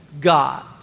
God